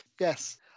Yes